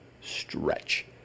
stretch